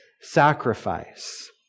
sacrifice